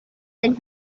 del